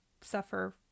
suffer